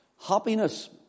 Happiness